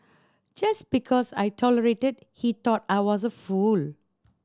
just because I tolerated he thought I was a fool